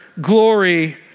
glory